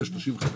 שקל?